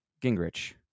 Gingrich